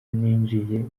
ninjiye